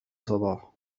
صباح